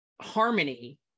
harmony